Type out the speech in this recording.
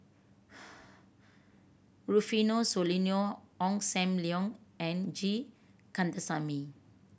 Rufino Soliano Ong Sam Leong and G Kandasamy